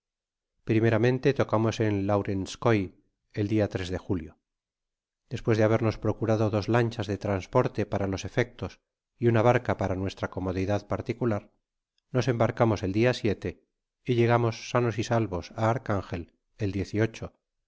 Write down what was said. primeramente tocamos en lawrenskoy el dia de julio despues de habernos procurado dos lanchas de transporte para ios efectos y una barca para nuestra comodidad particular nos embarcamos el dia siete y llegamos sanos y salvos á archangel el